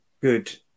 good